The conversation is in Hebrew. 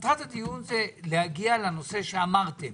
מטרת הדיון זה להגיע לנושא שאמרתם.